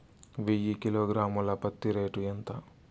వెయ్యి కిలోగ్రాము ల పత్తి రేటు ఎంత?